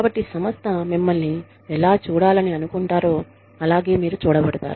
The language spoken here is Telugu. కాబట్టి సంస్థ మిమ్మల్ని ఎలా చూడాలని అనుకుంటారో అలాగే మీరు చూడబడతారు